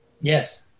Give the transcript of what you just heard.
Yes